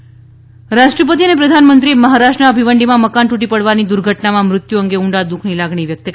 મકાન તૂટ્યું રાષ્ટ્રપતિ અને પ્રધાનમંત્રીએ મહારાષ્ટ્રના ભિવંડીમાં મકાન તૂટી પડવાની દુર્ઘટનામાં મૃત્યુ અંગે ઊંડા દુઃખની લાગણી વ્યક્ત કરી છે